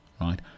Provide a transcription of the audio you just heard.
right